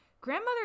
grandmother